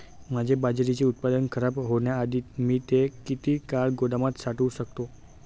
माझे बाजरीचे उत्पादन खराब होण्याआधी मी ते किती काळ गोदामात साठवू शकतो?